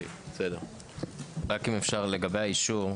לגבי האישור,